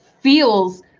feels